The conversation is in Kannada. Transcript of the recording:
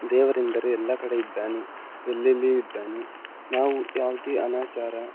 ದೇವರೆಂದರೆ ಎಲ್ಲ ಕಡೆ ಇದ್ದಾನೆ ಎಲ್ಲೆಲ್ಲಿಯೂ ಇದ್ದಾನೆ ನಾವು ಯಾವುದೇ ಅನಾಚಾರ